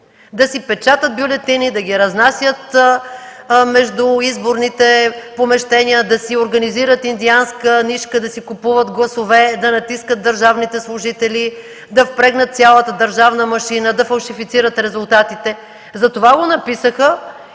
да си печатат бюлетини, да ги разнасят между изборните помещения, да си организират индианска нишка, да си купуват гласове, да натискат държавните служители, да впрегнат цялата държавна машина, да фалшифицират резултатите. Затова го написаха